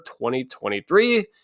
2023